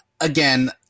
again